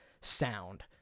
sound